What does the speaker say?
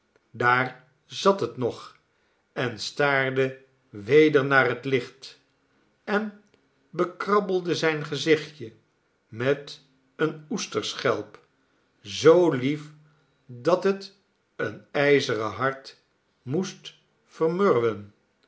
daar zat het nog en staarde weder naar het licht en bekrabbelde zijn gezichtje met een oesterschelp zoo lief dat het een ijzeren hart moest vermurwen